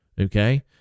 Okay